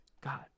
God